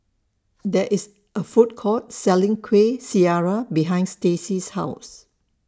There IS A Food Court Selling Kueh Syara behind Stacy's House